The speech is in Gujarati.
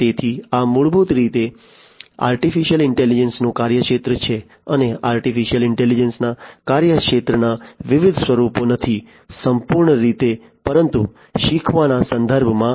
તેથી આ મૂળભૂત રીતે આર્ટિફિશિયલ ઇન્ટેલિજન્સ નો કાર્યક્ષેત્ર છે અને આર્ટિફિશિયલ ઇન્ટેલિજન્સ ના કાર્યક્ષેત્રના વિવિધ સ્વરૂપો નથી સંપૂર્ણ રીતે પરંતુ શીખવાના સંદર્ભમાં